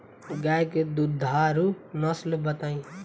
गाय के दुधारू नसल बताई?